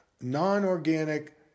non-organic